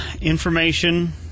information